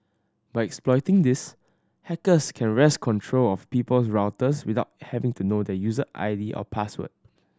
by exploiting this hackers can wrest control of people's routers without having to know their user I D or password